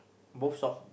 both sock